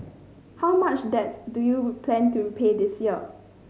how much debts do you plan to repay this year